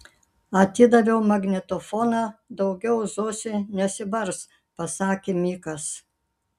atidaviau magnetofoną daugiau zosė nesibars pasakė mikas